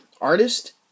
artist